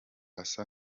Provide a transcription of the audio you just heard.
asa